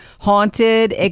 haunted